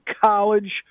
college